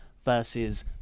versus